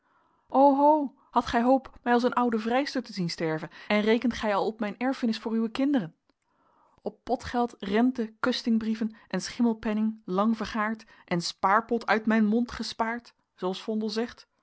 zijn oho hadt gij hoop mij als een oude vrijster te zien sterven en rekent gij al op mijn erfenis voor uwe kinderen op potgeld rente kustinghbrieven en schimmelpenningh lang vergaert en spaerpot uyt myn mont gespaert zooals vondel zegt